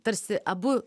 tarsi abu